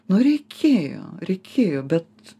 nu reikėjo reikėjo bet